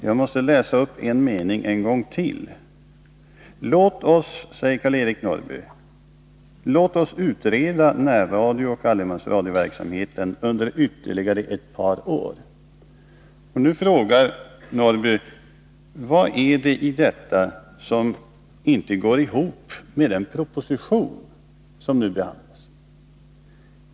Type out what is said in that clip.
Jag måste läsa upp en mening ur citatet ännu en gång: ”Låt oss utreda närradiooch allemansradioverksamheten under ytterligare ett par år.” Karl-Eric Norrby frågar nu: Vad är det i uttalandet som inte går ihop med den proposition som nu behandlas?